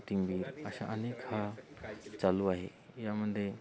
कोथिम्बीर अशा अनेक हा चालू आहे यामध्येे